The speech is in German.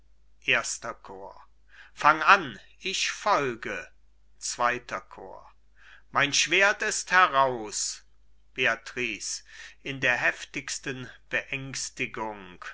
erster chor cajetan fang an ich folge zweiter chor bohemund mein schwert ist heraus beatrice in der heftigsten beängstigung